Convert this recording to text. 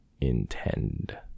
intend